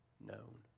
known